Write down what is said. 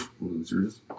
Losers